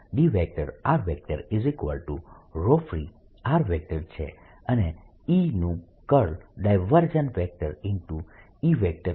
D free છે અને E નું કર્લ E 0 છે